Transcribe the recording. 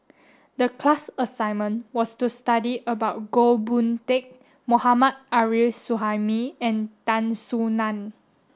the class assignment was to study about Goh Boon Teck Mohammad Arif Suhaimi and Tan Soo Nan